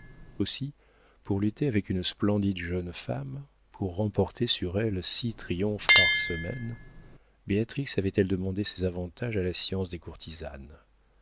aussi pour lutter avec une splendide jeune femme pour remporter sur elle six triomphes par semaine béatrix avait-elle demandé ses avantages à la science des courtisanes